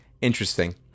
Interesting